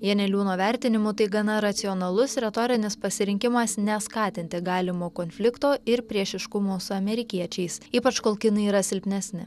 janeliūno vertinimu tai gana racionalus retorinis pasirinkimas neskatinti galimo konflikto ir priešiškumo su amerikiečiais ypač kol kinai yra silpnesni